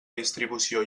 distribució